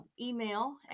email